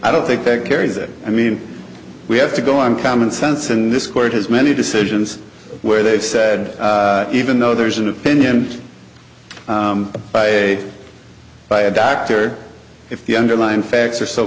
i don't think that carries it i mean we have to go on common sense and this court has many decisions where they said even though there's an opinion by a doctor if the underlying facts are so